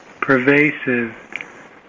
pervasive